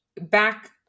Back